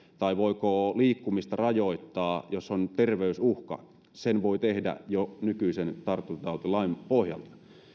tai voiko liikkumista rajoittaa jos on terveysuhka sen voi tehdä jo nykyisen tartuntatautilain pohjalta